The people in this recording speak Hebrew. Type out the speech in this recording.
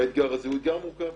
האתגר הזה הוא אתגר מורכב.